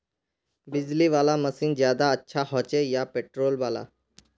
बिजली वाला मशीन ज्यादा अच्छा होचे या पेट्रोल वाला?